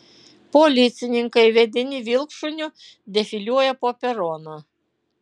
policininkai vedini vilkšuniu defiliuoja po peroną